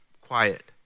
quiet